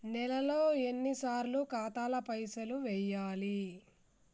నెలలో ఎన్నిసార్లు ఖాతాల పైసలు వెయ్యాలి?